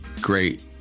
great